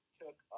took